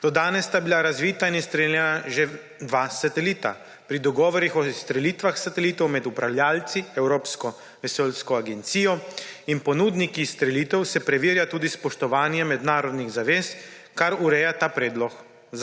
Do danes sta bila razvita in izstreljena že dva satelita. Pri dogovorih o izstrelitvah satelitov med upravljavci, Evropsko vesoljsko agencijo in ponudniki izstrelitev se preverja tudi spoštovanje mednarodnih zavez, kar ureja ta predlog